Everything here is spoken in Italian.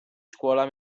scuola